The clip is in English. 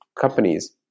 companies